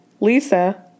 Lisa